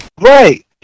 Right